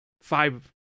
five